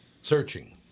Searching